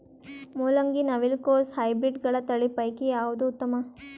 ಮೊಲಂಗಿ, ನವಿಲು ಕೊಸ ಹೈಬ್ರಿಡ್ಗಳ ತಳಿ ಪೈಕಿ ಯಾವದು ಉತ್ತಮ?